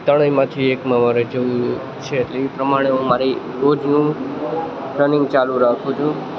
ત્રણેયમાંથી એકમાં મારે જવું છે એટલે એ પ્રમાણે હું મારી રોજ હું રનિંગ ચાલુ રાખું છું